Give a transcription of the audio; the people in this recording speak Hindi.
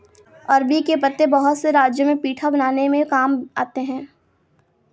अरबी के पत्ते बहुत से राज्यों में पीठा बनाने में भी काम आते हैं